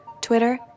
Twitter